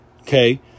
okay